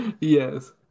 Yes